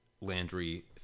Landry